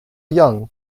young